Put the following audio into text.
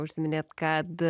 užsiminėt kad